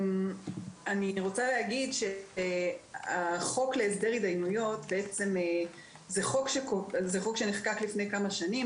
אני רוצה להגיד שהחוק להסגר התדיינויות זה חוק שנחקק לפני כמה שנים,